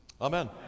amen